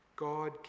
God